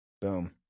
Boom